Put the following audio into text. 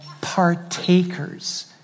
partakers